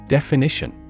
Definition